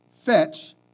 fetch